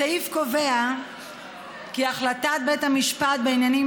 הסעיף קובע כי החלטת בית המשפט בעניינים